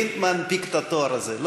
מי מנפיק את התואר הזה?